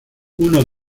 uno